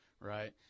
right